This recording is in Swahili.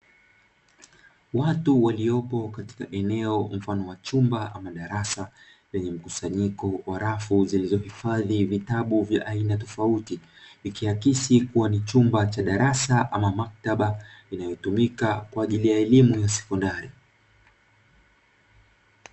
Watu waliopo katika eneo mfano wa chumba ama darasa lenye mkusanyiko wa rafu zilizohifadhi vitabu vya aina tofauti, ikiakisi kuwa ni chumba cha darasa ama maktaba inayotumika kwa ajili ya elimu ya sekondari.